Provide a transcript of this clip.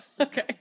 Okay